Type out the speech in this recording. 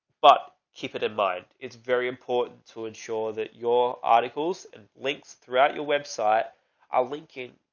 but keep it in mind. it's very important to ensure that your articles and links throughout your website are linking.